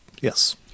Yes